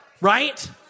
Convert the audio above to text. Right